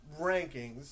rankings